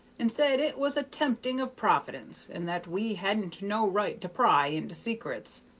and said it was a tempting of providence, and that we hadn't no right to pry into secrets.